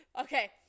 Okay